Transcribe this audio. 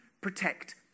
protect